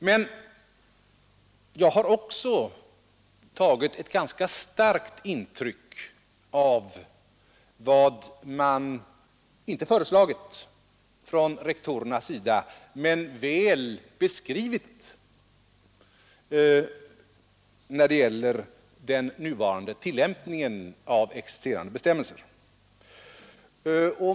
Men jag har också tagit ett ganska starkt intryck av vad rektorerna inte föreslagit men väl beskrivit när det gäller den nuvarande tillämpningen av existerande bestämmelser.